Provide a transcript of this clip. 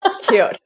Cute